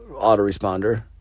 autoresponder